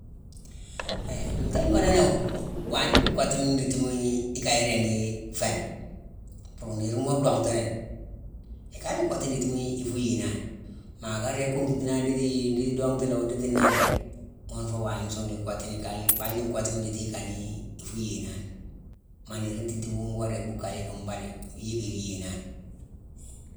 Hé gnootone gnoodonowu, mbon, wagne na nkottu ndithima i ikane ringi fééni. Purk niirma wo dhonghtini, ikana ikottu ndithima ifuu yéyenani. Maa ka ringi kontitina ni nditii ndi donghtu langhi oo nditi naa léé, ghune nfé wagne nsungh nlhaa nkottu ni ikane wagne la nkottu ndithi ikanii ifuu yéyenani. Maa niir ntiitima fune ngo ringi bhuukalé yicki mbalé, yicki iyéyenani.